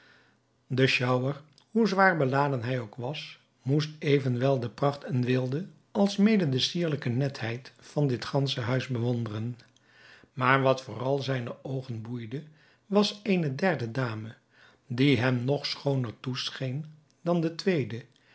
de sjouwer hoe zwaar beladen hij ook was moest evenwel de pracht en weelde alsmede de sierlijke netheid van dit gansche huis bewonderen maar wat vooral zijne oogen boeide was eene derde dame die hem nog schooner toescheen dan de tweede